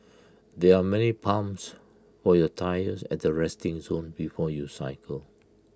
there are many pumps for your tyres at the resting zone before you cycle